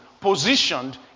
positioned